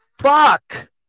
fuck